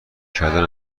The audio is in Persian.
کردن